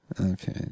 Okay